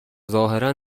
ظاهرا